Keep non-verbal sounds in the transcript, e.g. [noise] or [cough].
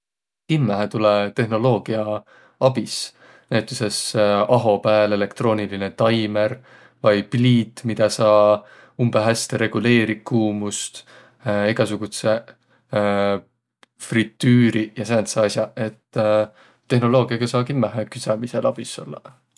Kimmähe tulõ tehnoloogia abis. Näütüses aho pääl elektroonilinõ taimer vai pliit, midä saa umbõ häste reguliiriq kuumust. [hesitation] Egäsugudsõq [hesitation] fritüüriq ja sääntseq as'aq. Et [hesitation] tehnoloogiaga saa kimmähe küdsämisel abis ollaq.